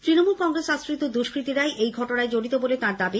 তৃণমূল কংগ্রেস আশ্রিত দুষ্কতীরাই এই ঘটনায় জড়িত বলে তাঁর দাবি